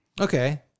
okay